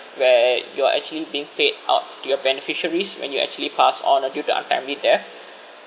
where you are actually being paid out to your beneficiaries when you actually passed on until the our family there